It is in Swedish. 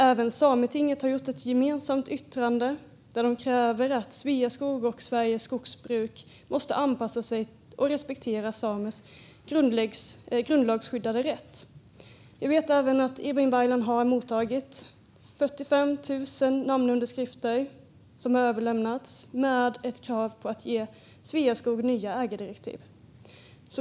Även Sametinget har gjort ett gemensamt yttrande där man kräver att Sveaskog och Sveriges skogsbruk anpassar sig till och respekterar samers grundlagsskyddade rätt. Vi vet även att Ibrahim Baylan har mottagit 45 000 namnunderskrifter som har överlämnats tillsammans med ett krav på att ge Sveaskog ett nytt ägardirektiv.